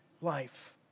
life